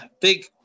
big